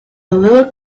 little